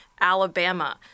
Alabama